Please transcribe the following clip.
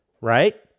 Right